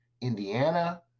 Indiana